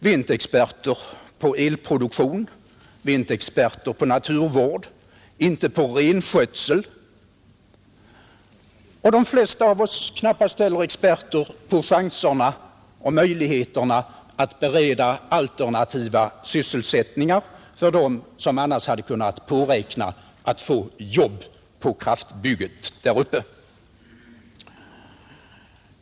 Vi är inte experter på elproduktion, vi är inte experter på naturvård och inte på renskötsel, och de flesta av oss är knappast heller experter på möjligheterna att bereda alternativa sysselsättningar för dem som annars hade kunnat påräkna jobb vid kraftverksbygget där uppe.